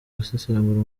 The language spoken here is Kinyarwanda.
gusesagura